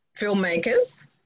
filmmakers